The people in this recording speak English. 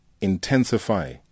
intensify